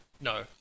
No